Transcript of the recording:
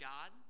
God